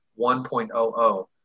1.00